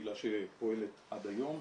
קהילה שפועלת עד היום.